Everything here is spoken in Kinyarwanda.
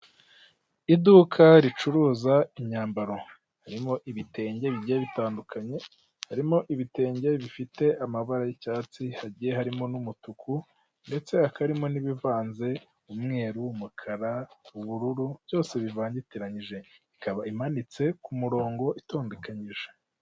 Iduka ricuruza imyambaro harimo ibitenge bigiye bitandukanye, harimo ibitenge bifite amabara y'icyatsi hagiye harimo n'umutuku ndetse hakaba harimo n'ibivanze umweru, umukara, ubururu byose bivangitiranyije ikaba imanitse ku murongo itondekanyije.